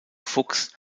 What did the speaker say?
fuchs